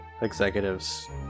executive's